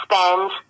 spend